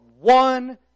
one